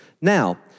Now